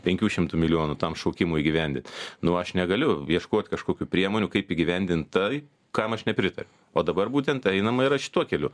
penkių šimtų milijonų tam šaukimui įgyvendint nu aš negaliu ieškot kažkokių priemonių kaip įgyvendint tai kam aš nepritariu o dabar būtent einama yra šituo keliu